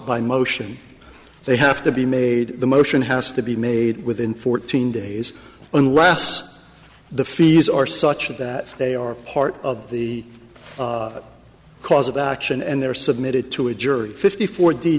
by motion they have to be made the motion has to be made within fourteen days unless the fees are such that they are part of the cause of action and their submitted to a jury fifty four d